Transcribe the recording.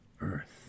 earth